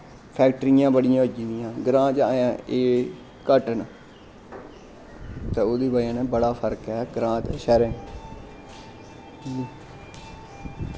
फैक्ट्रियां बड़ियां होई गेदियां ग्राएं च अज्जें एह् घट्ट न ते एह्दी बजह नै बड़ा फर्क ऐ ग्रांऽ ते शैह्रैं च